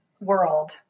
world